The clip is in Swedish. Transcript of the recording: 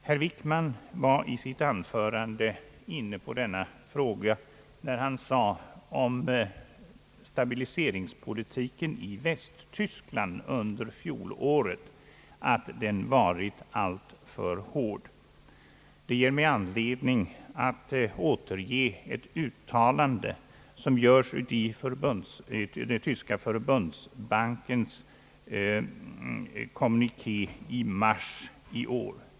Herr Wickman var i sitt anförande inne på denna fråga när han sade om stabiliseringspolitiken i Västtyskland under fjolåret att den varit alltför hård. Det ger mig anledning att återge ett uttalande som görs av doktor Emminger i den tyska förbundsbanken i mars i år.